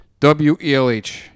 WELH